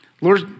Lord